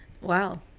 wow